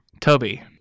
toby